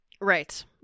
Right